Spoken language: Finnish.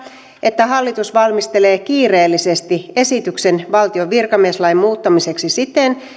että hallitus valmistelee kiireellisesti esityksen valtion virkamieslain muuttamiseksi siten